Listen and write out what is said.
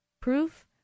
Proof